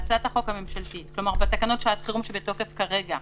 כלומר בתקנות לשעת חירום שבתוקף כרגע,